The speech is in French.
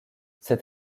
cet